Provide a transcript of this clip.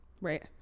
right